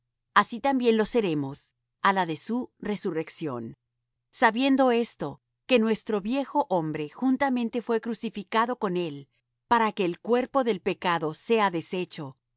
así también lo seremos á la de su resurrección sabiendo esto que nuestro viejo hombre juntamente fué crucificado con él para que el cuerpo del pecado sea deshecho